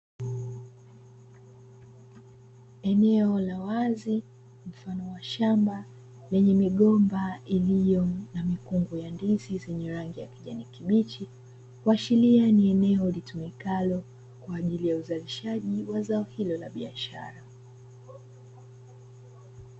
Eneo la wazi mfano wa shamba lenye migomba iliyo na mikungu ya ndizi zenye rangi ya kijani kibichi, kuashiria ni eneo litumikalo kwa ajili ya uzalishaji wa zao hilo la biashara.